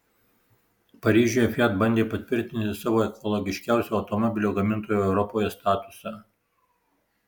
paryžiuje fiat bandė patvirtinti savo ekologiškiausio automobilių gamintojo europoje statusą